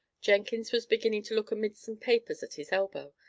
jenkins was beginning to look amidst some papers at his elbow,